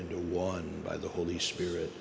into one by the holy spirit